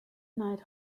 night